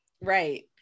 right